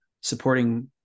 supporting